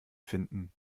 finden